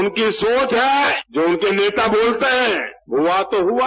उनकी सोच है जो उनके नेता बोलते है हुआ तो हुआ